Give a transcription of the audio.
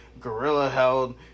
guerrilla-held